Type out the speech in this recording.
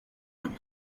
him